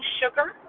sugar